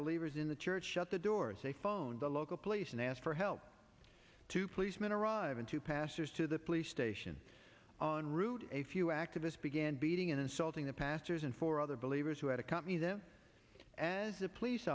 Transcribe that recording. believers in the church shut the doors they phoned the local police and asked for help two policemen arrive and two pastors to the police station on route a few activists began beating and insulting the pastors and four other believers who had accompanied them as the police